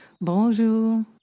Bonjour